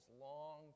long